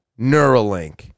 Neuralink